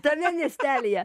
tame miestelyje